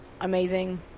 amazing